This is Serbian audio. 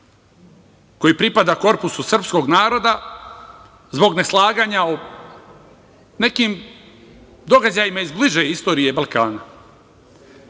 koji pripada korpusu srpskog naroda zbog neslaganja o nekim događajima iz bliže istorije Balkana.